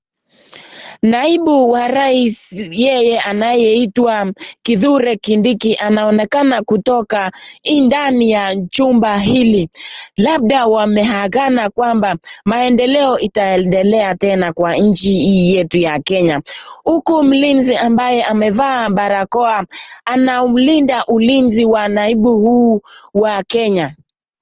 Naibu wa rais, yeye anayeitwa Kithure Kindiki, anaonekana kutoka ndani ya chumba hili. Labda wameeagana kwamba maendeleo itaendelea tena kwa nchi hii yetu ya Kenya. Huku mlinzi ambaye amevaa barakoa anaulinda ulinzi wa naibu huu wa Kenya.